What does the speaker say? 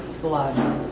blood